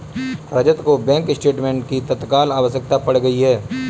रजत को bank statement की तत्काल आवश्यकता पड़ गई है